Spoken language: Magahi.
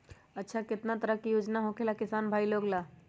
अच्छा कितना तरह के योजना होखेला किसान भाई लोग ला?